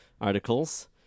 articles